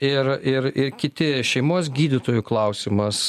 ir ir ir kiti šeimos gydytojų klausimas